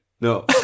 no